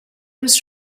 was